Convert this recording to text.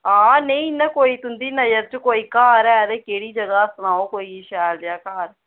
आं इंया थोह्ड़ी नज़र च कोई घर होऐ ते सनाओ केह्ड़ी जगह च शैल जेहा घर